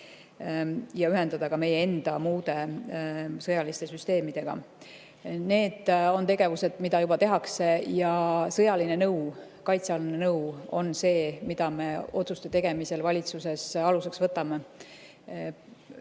ühendada need meie enda muude sõjaliste süsteemidega. Need on tegevused, mida juba tehakse. Ja sõjaline nõu, kaitsealane nõu on see, mida me otsuste tegemisel valitsuses aluseks võtame.